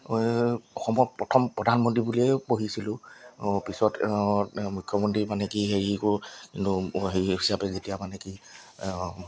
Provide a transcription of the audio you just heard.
অসমৰ প্ৰথম প্ৰধানমন্ত্ৰী বুলিয়েই পঢ়িছিলোঁ পিছত মুখ্যমন্ত্ৰী মানে কি হেৰি কৰোঁ কিন্তু হেৰি হিচাপে যেতিয়া মানে কি